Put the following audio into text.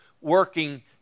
working